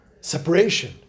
separation